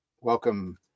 Welcome